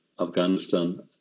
Afghanistan